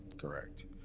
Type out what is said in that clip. Correct